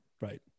Right